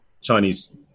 Chinese